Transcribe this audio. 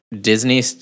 Disney